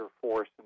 force